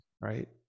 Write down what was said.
right